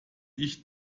ich